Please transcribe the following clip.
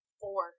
four